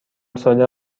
صادق